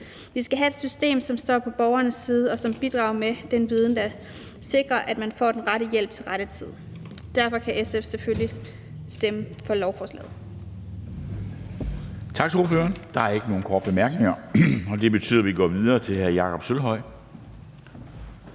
Vi skal have et system, som står på borgernes side, og som bidrager med den viden, der sikrer, at man får den rette hjælp i rette tid. Derfor kan SF selvfølgelig stemme for lovforslaget.